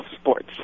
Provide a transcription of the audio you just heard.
sports